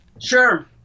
Sure